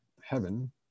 Heaven